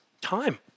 Time